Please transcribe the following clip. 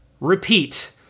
repeat